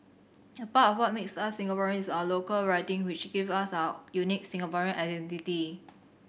a part of what makes us Singaporean is our local writing which gives us our unique Singaporean identity